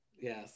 Yes